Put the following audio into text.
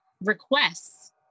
requests